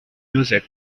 music